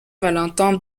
valentin